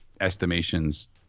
estimations